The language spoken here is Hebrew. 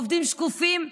עובדים שקופים,